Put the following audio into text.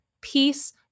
peace